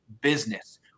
business